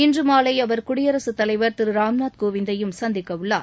இன்று மாலை அவர் குடியரசுத் தலைவர் திரு ராம்நாத் கோவிந்தையும் சந்திக்கவுள்ளார்